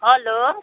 hello